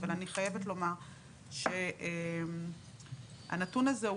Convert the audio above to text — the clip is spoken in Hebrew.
אבל אני חייבת לומר שהנתון הזה,